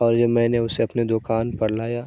اور جب میں نے اسے اپنے دکان پر لایا